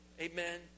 Amen